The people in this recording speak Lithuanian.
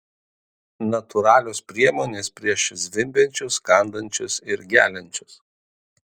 natūralios priemonės prieš zvimbiančius kandančius ir geliančius